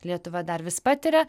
lietuva dar vis patiria